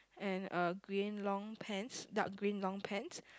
and a green long pants dark green long pants